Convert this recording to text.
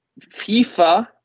FIFA